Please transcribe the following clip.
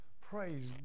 Praise